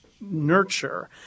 nurture